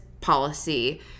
policy